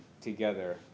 together